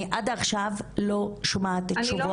אני עד עכשיו לא שומעת תשובות.